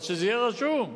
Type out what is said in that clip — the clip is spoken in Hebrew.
אבל שזה יהיה רשום,